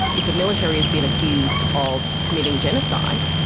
if a military has been accused of committing genocide,